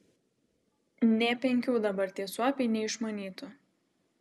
nė penkių dabar tie suopiai neišmanytų